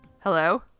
hello